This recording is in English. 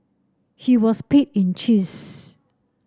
he was paid in cheese